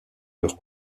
leurs